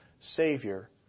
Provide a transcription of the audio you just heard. savior